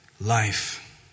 life